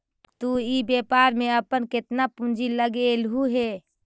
तु इ व्यापार में अपन केतना पूंजी लगएलहुं हे?